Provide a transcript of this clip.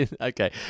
Okay